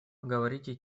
говорите